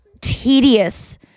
tedious